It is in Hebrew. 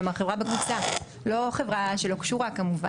כלומר חברה בקבוצה, לא חברה שלא קשורה כמובן.